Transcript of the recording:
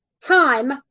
time